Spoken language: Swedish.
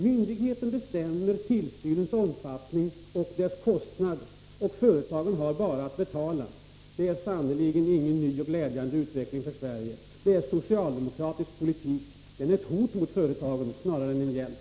Myndigheterna bestämmer tillsynens omfattning och kostnader, företagen har bara att betala. Detta är sannerligen ingen ny och glädjande utveckling för Sverige. Det är socialdemokratisk politik. Det är snarare ett hot mot än en hjälp för företagen.